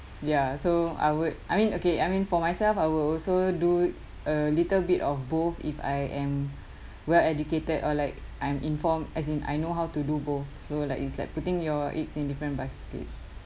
ya so I would I mean okay I mean for myself I will also do a little bit of both if I am well educated or like I'm informed as in I know how to do both so like is like putting your eggs in different baskets